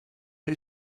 who